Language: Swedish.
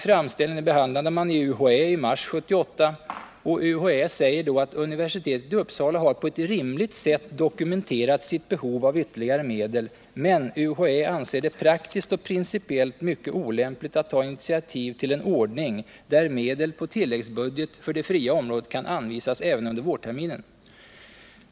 Framställningen behandlades av UHÄ i mars 1978. UHÄ säger då att universitetet i Uppsala på ett rimligt sätt har dokumenterat sitt behov av ytterligare medel, men UHÄ anser det praktiskt och principiellt mycket olämpligt att ta initiativ till en ordning där medel på tilläggsbudget för det fria området kan anvisas även under vårterminen.